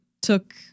took